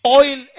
oil